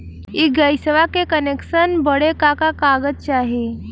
इ गइसवा के कनेक्सन बड़े का का कागज चाही?